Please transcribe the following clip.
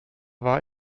war